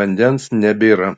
vandens nebėra